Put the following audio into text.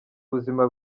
ubuzima